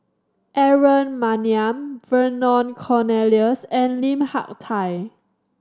Aaron Maniam Vernon Cornelius and Lim Hak Tai